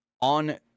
on